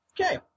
Okay